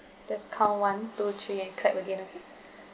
just count one two three and clap again okay